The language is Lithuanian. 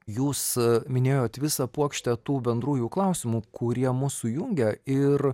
jūs minėjot visą puokštę tų bendrųjų klausimų kurie mus sujungia ir